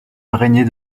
araignées